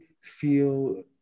feel